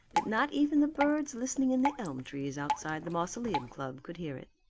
that not even the birds listening in the elm trees outside the mausoleum club could hear it.